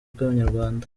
bw’abanyarwanda